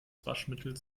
waschmittels